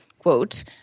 Quote